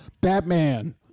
Batman